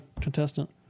contestant